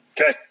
Okay